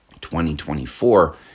2024